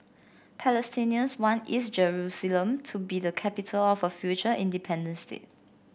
Palestinians want East Jerusalem to be the capital of a future independent state